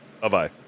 Bye-bye